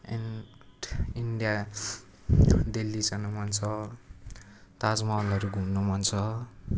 and India Delhi जानु मन छ ताजमहलहरू घुम्नु मन छ